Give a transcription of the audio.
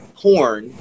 porn